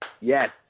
Yes